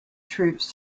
troops